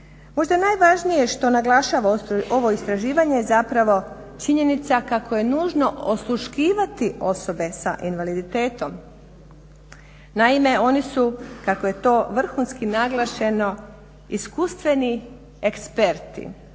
Možda je najvažnije što naglašava ovo istraživanje zapravo činjenica kako je nužno osluškivati osobe s invaliditetom. Naime oni su, kako je to vrhunski naglašeno, iskustveni eksperti